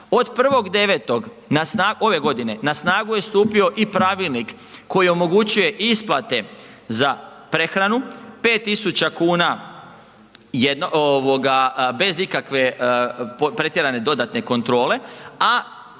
Od 1.9. ove godine na snagu je stupio i pravilnik koji omogućuje isplate za prehranu, 5.000 kuna je ovoga bez ikakve pretjerane dodatne kontrole, a